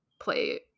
play